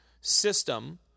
system